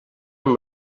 amb